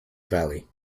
valley